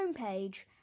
homepage